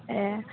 ए